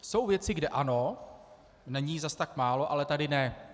Jsou věci, kde ano, není jich zase tak málo, ale tady ne.